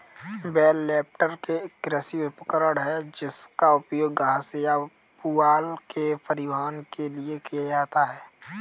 bell lifter एक कृषि उपकरण है जिसका उपयोग घास या पुआल के परिवहन के लिए किया जाता है